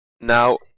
Now